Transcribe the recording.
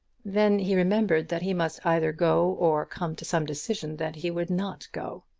then he remembered that he must either go or come to some decision that he would not go.